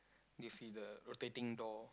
do you see the rotating door